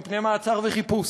מפני מעצר וחיפוש,